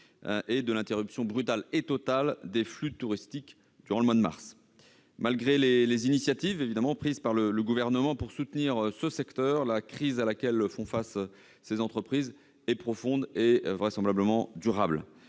et de l'interruption brutale et totale des flux touristiques en mars. Malgré les initiatives prises par le Gouvernement pour soutenir le secteur, la crise à laquelle font face ces entreprises est profonde et vraisemblablement durable.